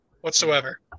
whatsoever